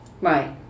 Right